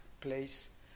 place